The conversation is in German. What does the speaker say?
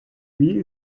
wie